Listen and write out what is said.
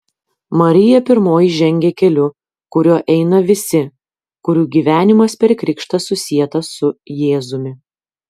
marija pirmoji žengia keliu kuriuo eina visi kurių gyvenimas per krikštą susietas su jėzumi